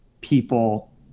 people